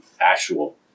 actual